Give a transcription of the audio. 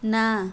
ନା